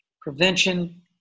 prevention